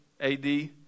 AD